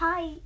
Hi